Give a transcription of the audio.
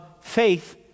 faith